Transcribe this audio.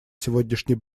сегодняшний